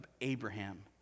Abraham